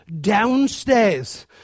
downstairs